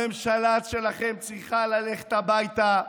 הממשלה שלכם צריכה ללכת הביתה,